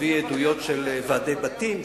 נביא עדויות של ועדי בתים,